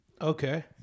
Okay